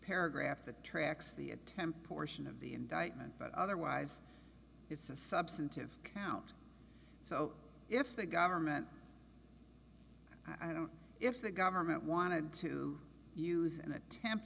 paragraph that tracks the attempt poor sion of the indictment but otherwise it's a substantive count so if the government i don't if the government wanted to use an attempt